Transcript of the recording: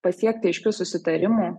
pasiekti aiškių susitarimų